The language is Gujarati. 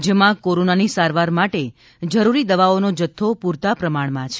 રાજ્યમાં કોરોનાની સારવાર માટે જરૂરી દવાઓનો જથ્થો પૂરતા પ્રમાણમાં છે